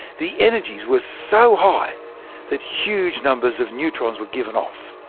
the energies were so high that huge numbers of neutrons were given off.